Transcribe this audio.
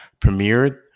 premiered